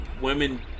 women